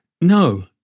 no